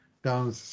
Down